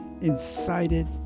incited